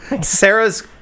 Sarah's